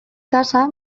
tasa